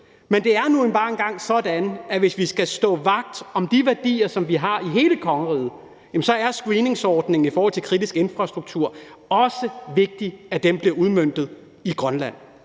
Men det er nu engang bare sådan, at hvis vi skal stå vagt om de værdier, som vi har i hele kongeriget, så er screeningsordningen i forhold til kritisk infrastruktur også vigtig, altså i forhold til at den bliver udmøntet i Grønland.